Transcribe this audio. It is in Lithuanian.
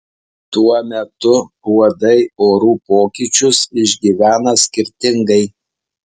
tuo metu uodai orų pokyčius išgyvena skirtingai